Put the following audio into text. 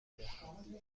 دهد